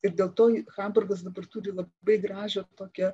ir dėl to juk hamburgas dabar turi labai gražią tokią